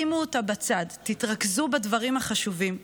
שימו אותה בצד, תתרכזו בדברים החשובים.